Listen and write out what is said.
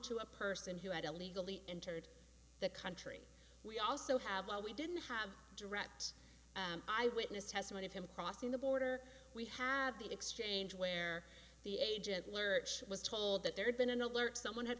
to a person who had illegally entered the country we also have well we didn't have direct eyewitness testimony of him crossing the border we have the exchange where the agent lurch was told that there'd been an alert someone had